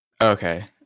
Okay